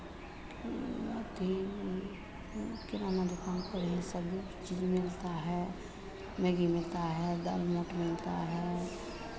अथी किराना दुकान का भी सभी चीज़ मिलता है मैगी मिलता है दालमोंठ मिलता है